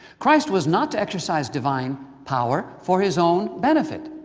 christ was not to exercise divine power for his own benefit.